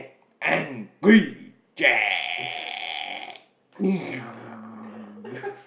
angry jack